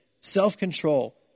self-control